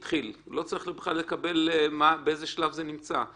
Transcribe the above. הוא לא צריך לקבל מידע באיזה שלב זה נמצא.